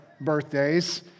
birthdays